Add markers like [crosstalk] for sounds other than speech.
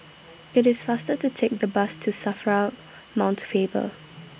[noise] IT IS faster to Take The Bus to SAFRA Mount Faber